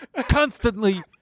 constantly